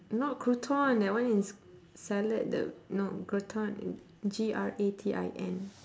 not crouton that one is salad the no gratin G R A T I N